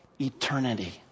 eternity